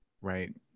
right